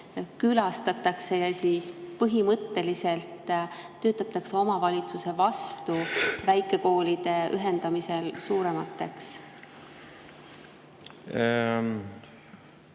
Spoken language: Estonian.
külastatakse ja siis põhimõtteliselt töötatakse omavalitsuse vastu väikekoolide ühendamisel suuremateks?